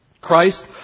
Christ